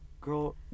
girl